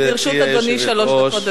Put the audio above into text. לרשות אדוני שלוש דקות.